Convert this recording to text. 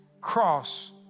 cross